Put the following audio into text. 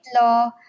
Law